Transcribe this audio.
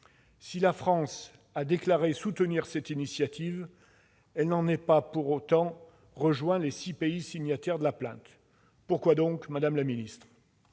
Si la France a déclaré soutenir cette initiative, elle n'a pas pour autant rejoint les six pays signataires de la plainte. Pourquoi donc, madame la secrétaire